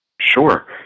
Sure